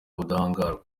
ubudahangarwa